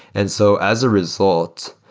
and so as a result,